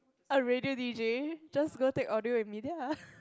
a radio DJ just go take audio and media